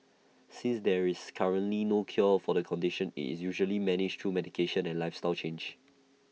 since there is currently no cure for the condition IT is usually managed through medication and lifestyle changes